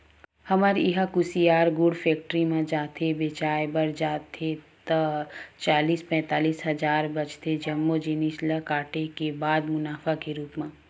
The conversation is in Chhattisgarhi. हमर इहां कुसियार गुड़ फेक्टरी म जाथे बेंचाय बर जाथे ता चालीस पैतालिस हजार बचथे जम्मो जिनिस ल काटे के बाद मुनाफा के रुप म